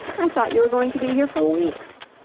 i thought you were going to be here for weeks.